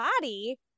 body